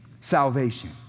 salvation